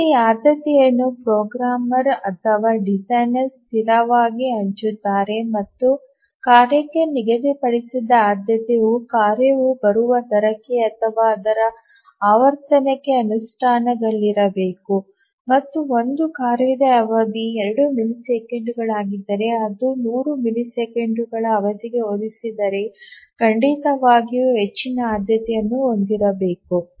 ಇಲ್ಲಿ ಆದ್ಯತೆಯನ್ನು ಪ್ರೋಗ್ರಾಮರ್ ಅಥವಾ ಡಿಸೈನರ್ ಸ್ಥಿರವಾಗಿ ಹಂಚುತ್ತಾರೆ ಮತ್ತು ಕಾರ್ಯಕ್ಕೆ ನಿಗದಿಪಡಿಸಿದ ಆದ್ಯತೆಯು ಕಾರ್ಯವು ಬರುವ ದರಕ್ಕೆ ಅಥವಾ ಅದರ ಆವರ್ತನಕ್ಕೆ ಅನುಪಾತದಲ್ಲಿರಬೇಕು ಮತ್ತು ಒಂದು ಕಾರ್ಯದ ಅವಧಿ 2 ಮಿಲಿಸೆಕೆಂಡುಗಳಾಗಿದ್ದರೆ ಅದು 10 ಮಿಲಿಸೆಕೆಂಡುಗಳ ಅವಧಿಗೆ ಹೋಲಿಸಿದರೆ ಖಂಡಿತವಾಗಿಯೂ ಹೆಚ್ಚಿನ ಆದ್ಯತೆಯನ್ನು ಹೊಂದಿರಬೇಕು